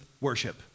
worship